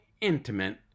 intimate